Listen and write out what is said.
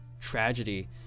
tragedy